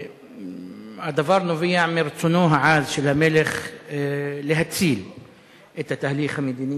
הדבר נובע מרצונו העז של המלך להציל את התהליך המדיני.